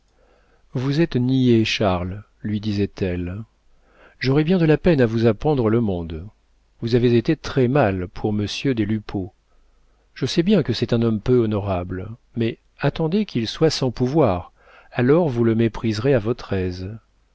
vous êtes niais charles lui disait-elle j'aurai bien de la peine à vous apprendre le monde vous avez été très-mal pour monsieur des lupeaulx je sais bien que c'est un homme peu honorable mais attendez qu'il soit sans pouvoir alors vous le mépriserez à votre aise